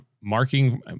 marking